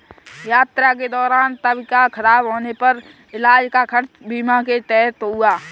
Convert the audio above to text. यात्रा के दौरान तबियत खराब होने पर इलाज का खर्च बीमा के तहत हुआ